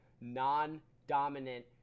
non-dominant